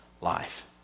life